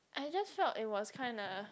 I just felt it was kinda